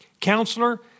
Counselor